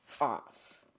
off